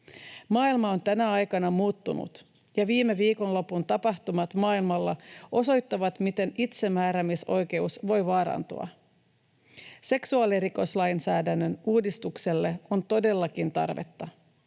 Maailma on tänä aikana muuttunut, ja viime viikonlopun tapahtumat maailmalla osoittavat, miten itsemääräämisoikeus voi vaarantua. Seksuaalirikoslainsäädännön uudistukselle on todellakin tarvetta.